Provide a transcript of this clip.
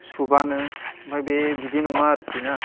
सुबानो ओमफाय बे बिदि नङा आरोखि ना